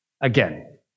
Again